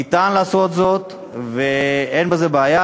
ניתן לעשות זאת ואין בזה בעיה,